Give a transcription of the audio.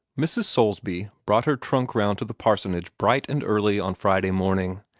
mrs. soulsby brought her trunk round to the parsonage bright and early on friday morning,